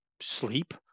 sleep